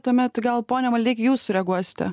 tuomet gal pone maldeiki jūs sureaguosite